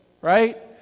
right